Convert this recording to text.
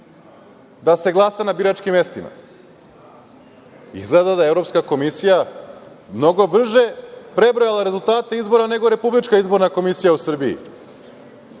da se glasa na biračkim mestima. Izgleda da je Evropska komisija mnogo brže prebrojala rezultate izbora nego RIK u Srbiji. To